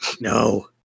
No